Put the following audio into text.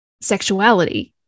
sexuality